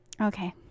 Okay